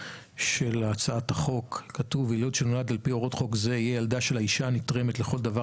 הוראות חוק זה יהיה ילדה של האישה הנתרמת לכל דבר